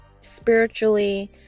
spiritually